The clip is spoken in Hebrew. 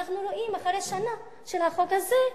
אנחנו רואים אחרי שנה של החוק הזה,